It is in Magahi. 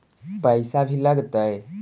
पैसा भी लगतय?